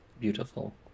Beautiful